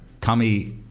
Tommy